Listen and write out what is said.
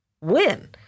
win